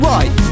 Right